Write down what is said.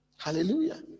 Hallelujah